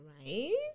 right